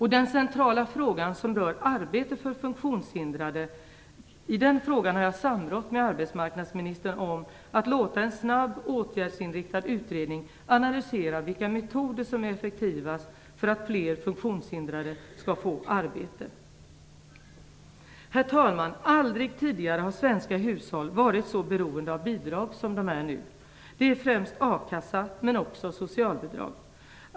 I den centrala frågan som rör arbete för funktionshindrade har jag samrått med arbetsmarknadsministern om att låta en snabb åtgärdsinriktad utredning analysera vilka metoder som är effektivast för att fler funktionshindrade skall få arbete. Herr talman! Aldrig tidigare har svenska hushåll varit så beroende av bidrag som de är nu. Det handlar främst a-kassa men också om socialbidrag.